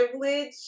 privilege